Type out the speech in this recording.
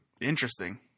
Interesting